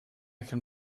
can